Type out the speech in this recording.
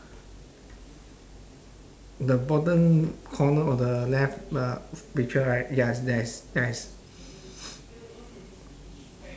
the bottom corner of the left uh picture right ya is there's yes